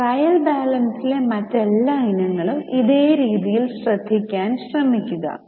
trial ബാലൻസിലെ മറ്റെല്ലാ ഇനങ്ങളും അതേ രീതിയിൽ ശ്രദ്ധിക്കാൻ ശ്രമിക്കുക